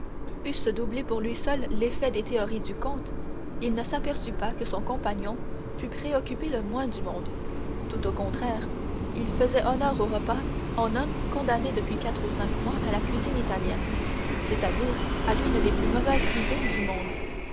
eussent doublé pour lui seul l'effet des théories du comte il ne s'aperçut pas que son compagnon fût préoccupé le moins du monde tout au contraire il faisait honneur au repas en homme condamné depuis quatre ou cinq mois à la cuisine italienne c'est-à-dire l'une des plus mauvaises cuisines du monde